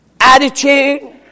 attitude